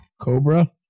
Cobra